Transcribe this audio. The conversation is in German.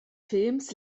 films